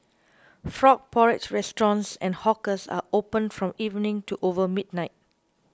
frog porridge restaurants and hawkers are opened from evening to over midnight